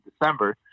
December